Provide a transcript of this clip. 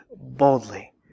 boldly